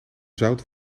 zout